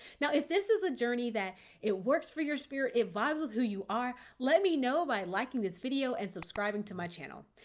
now, if this is a journey that it works for your spirit, it vibes with who you are, let me know by liking this video and subscribing to my channel.